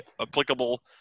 applicable